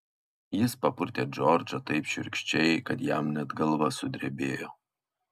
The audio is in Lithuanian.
jis papurtė džordžą taip šiurkščiai kad jam net galva sudrebėjo